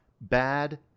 bad